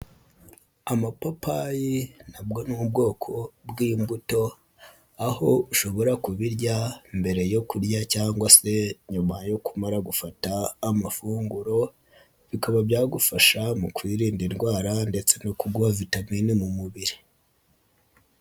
Amapapayi nabwo ni ubwoko bw'imbuto, aho ushobora kubirya mbere yo kurya cyangwa se nyuma yuko umara gufata amafunguro, bikaba byagufasha mu kwirinda indwara ndetse no kuguha vitamine mu mubiri.